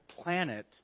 planet